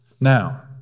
Now